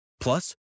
Plus